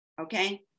okay